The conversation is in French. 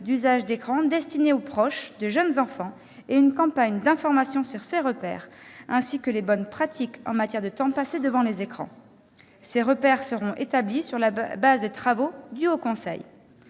usages des écrans destinés aux proches de jeunes enfants et une campagne d'information sur ces repères et sur les bonnes pratiques en termes de temps passé devant les écrans. Ces repères seront établis sur la base des travaux du Haut Conseil.